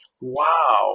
wow